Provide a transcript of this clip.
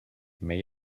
may